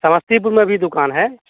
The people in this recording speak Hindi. समस्तीपुर में भी दुकान है